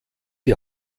die